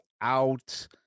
out